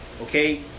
okay